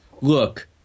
look